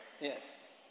Yes